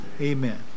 Amen